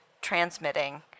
transmitting